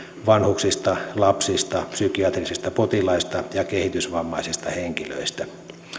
vanhuksista lapsista psykiatrisista potilaista ja kehitysvammaisista henkilöistä